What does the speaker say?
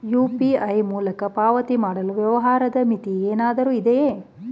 UPI ಮೂಲಕ ಪಾವತಿ ಮಾಡಲು ವ್ಯವಹಾರದ ಮಿತಿ ಏನಾದರೂ ಇದೆಯೇ?